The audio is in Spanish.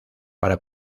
para